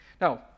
Now